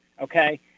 okay